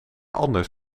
anders